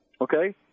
okay